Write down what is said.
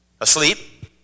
asleep